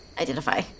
identify